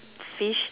fish